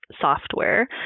software